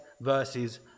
verses